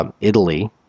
Italy